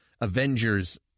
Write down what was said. Avengers